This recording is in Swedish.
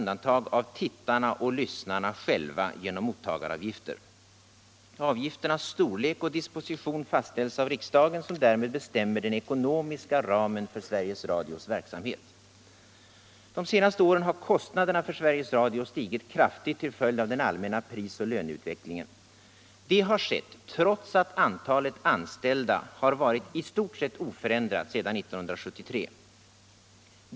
De senaste åren har kostnaderna för Sveriges Radio stigit kraftigt till följd av den allmänna pris och löneutvecklingen. Det har skett trots att antalet anställda varit i stort sett oförändrat sedan 1973.